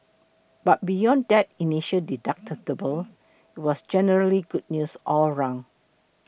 but beyond that initial deductible it was generally good news all round